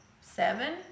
seven